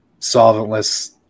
solventless